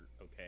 okay